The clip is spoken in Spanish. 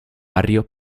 barrio